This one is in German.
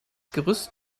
gerüst